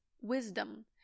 wisdom